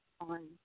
on